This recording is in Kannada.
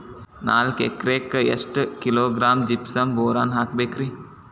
ನಾಲ್ಕು ಎಕರೆಕ್ಕ ಎಷ್ಟು ಕಿಲೋಗ್ರಾಂ ಜಿಪ್ಸಮ್ ಬೋರಾನ್ ಹಾಕಬೇಕು ರಿ?